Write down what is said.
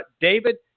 David